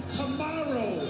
tomorrow